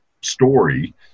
story